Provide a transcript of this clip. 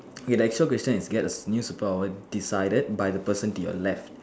okay the actual question is get a new superpower decided by the person to your left